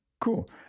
Cool